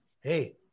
Hey